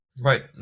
Right